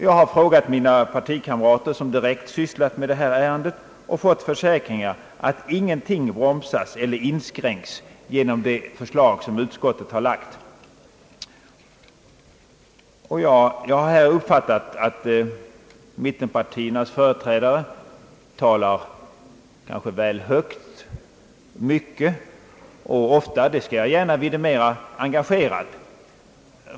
Jag har frågat mina partikamrater, som direkt sysslar med detta ärende, och fått försäkringar att ingenting bromsas eller inskränks genom det förslag utskottet lagt. Jag har här uppfattat att mittenpartiernas företrädare talar högt och mycket — jag skall gärna vidimera att de därtill ofta talar engagerat.